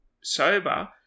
sober